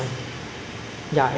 lesser people will reproduce loh